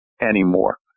anymore